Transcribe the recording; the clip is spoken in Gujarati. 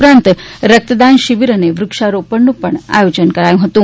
ઉપરાંત રક્તદાન શિબિર અને વૃક્ષારોપણનુ પણ આયોજન કરાયુ હતુ